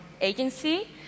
agency